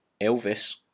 Elvis